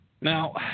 Now